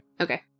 Okay